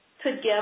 Together